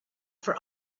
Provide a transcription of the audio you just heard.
for